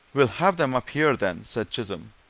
we'll have them up here, then, said chisholm.